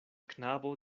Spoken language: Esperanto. knabo